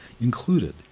included